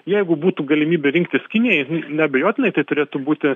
jeigu būtų galimybė rinktis kinijai nu neabejotinai tai turėtų būti